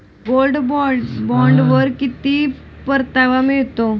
Gold बॉण्डवर किती परतावा मिळतो?